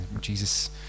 Jesus